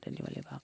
দিব লাগিব আকৌ